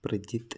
Prajith